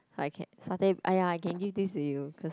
I can satay !aiya! I can give this to you cause